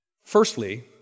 firstly